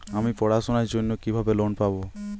আমি পড়াশোনার জন্য কিভাবে লোন পাব?